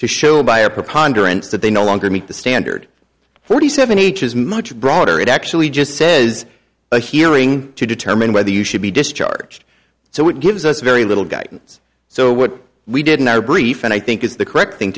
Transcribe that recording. to show by a preponderance that they no longer meet the standard forty seven each is much broader it actually just says a hearing to determine whether you should be discharged so it gives us very little guidance so what we did in our brief and i think is the correct thing